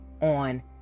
on